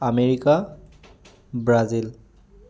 America Brazil